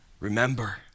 Remember